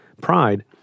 pride